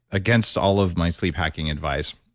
against all of my sleep-hacking advice,